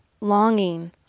longing